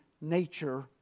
nature